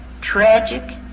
tragic